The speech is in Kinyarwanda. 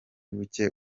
buke